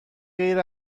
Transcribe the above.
غیر